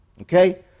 Okay